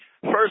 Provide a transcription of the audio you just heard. First